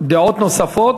דעות נוספות,